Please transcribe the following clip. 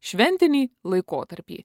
šventinį laikotarpį